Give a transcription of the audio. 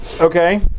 Okay